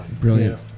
Brilliant